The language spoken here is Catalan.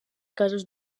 casos